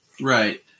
Right